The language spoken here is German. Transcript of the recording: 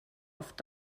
oft